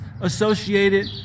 associated